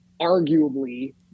arguably